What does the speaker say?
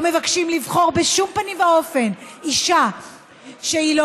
לא מבקשים לבחור בשום פנים ואופן אישה שהיא לא